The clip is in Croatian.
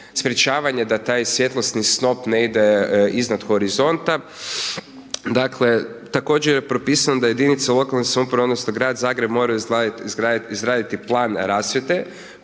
sprečavanje da taj svjetlosni snop ne ide iznad horizonta, dakle. Također je propisano da jedinica lokalne samouprave odnosno grad Zagreb moraju izraditi plan rasvjete